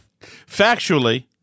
factually